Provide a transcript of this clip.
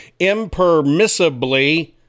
impermissibly